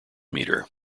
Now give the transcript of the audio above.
meter